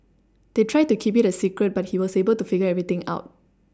they tried to keep it a secret but he was able to figure everything out